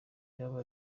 yaba